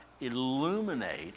illuminate